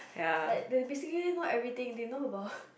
like the basically not everything they know about